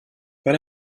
weil